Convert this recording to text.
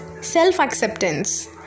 self-acceptance